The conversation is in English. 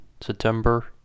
September